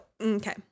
okay